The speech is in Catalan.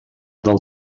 del